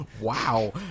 Wow